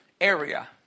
area